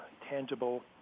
tangible